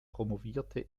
promovierte